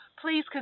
Please